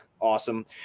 awesome